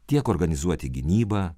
tiek organizuoti gynybą